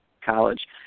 college